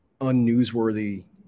unnewsworthy